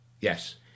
Yes